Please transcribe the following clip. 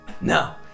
No